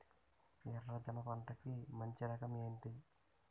ఎర్ర జమ పంట కి మంచి రకం ఏంటి?